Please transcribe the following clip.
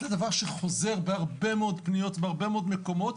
זה דבר שחוזר בהרבה מאוד פניות ובהרבה מאוד מקומות.